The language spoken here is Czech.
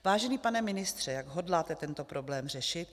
Vážený pane ministře, jak hodláte tento problém řešit?